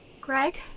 Greg